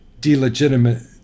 delegitimate